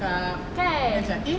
kan